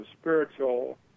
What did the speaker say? spiritual